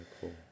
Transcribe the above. cool